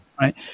right